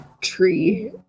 Tree